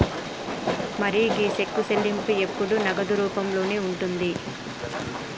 మరి గీ సెక్కు చెల్లింపు ఎప్పుడు నగదు రూపంలోనే ఉంటుంది